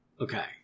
Okay